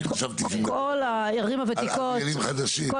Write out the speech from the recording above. חשבתי שעל בניינים חדשים.